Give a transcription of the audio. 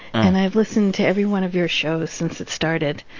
and i've listened to every one of your shows since it started.